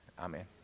Amen